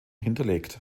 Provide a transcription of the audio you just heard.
hinterlegt